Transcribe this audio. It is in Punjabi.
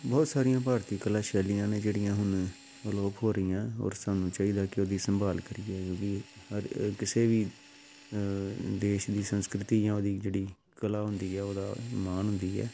ਬਹੁਤ ਸਾਰੀਆਂ ਭਾਰਤੀ ਕਲਾ ਸ਼ੈਲੀਆਂ ਨੇ ਜਿਹੜੀਆਂ ਹੁਣ ਅਲੋਪ ਹੋ ਰਹੀਆਂ ਔਰ ਸਾਨੂੰ ਚਾਹੀਦਾ ਕਿ ਉਹਦੀ ਸੰਭਾਲ ਕਰੀਏ ਕਿਉਂਕਿ ਹਰ ਕਿਸੇ ਵੀ ਦੇਸ਼ ਦੀ ਸੰਸਕ੍ਰਿਤੀ ਜਾਂ ਉਹਦੀ ਜਿਹੜੀ ਕਲਾ ਹੁੰਦੀ ਹੈ ਉਹਦਾ ਮਾਣ ਹੁੰਦੀ ਹੈ